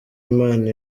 imana